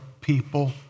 people